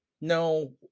no